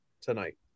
tonight